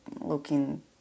looking